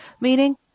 meaning